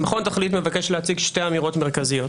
מכון תכלית מבקש להציג שתי אמירות מרכזיות,